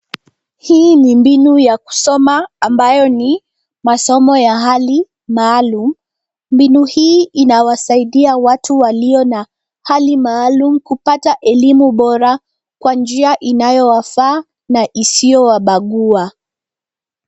Hii ni mbinu ya kusoma ambayo ni masomo ya hali maalum. Mbinu hii inawasaidia watu walio na hali maalum kupata elimu bora kwa njia inayowafaa na isiyowabagua.